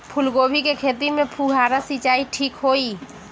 फूल गोभी के खेती में फुहारा सिंचाई ठीक होई?